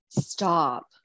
Stop